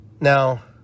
Now